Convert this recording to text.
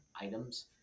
items